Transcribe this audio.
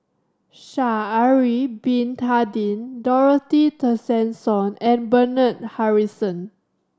Sha'ari Bin Tadin Dorothy Tessensohn and Bernard Harrison